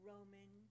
Roman